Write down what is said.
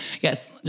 yes